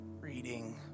reading